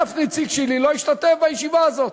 אף נציג שלי לא השתתף בישיבה הזאת.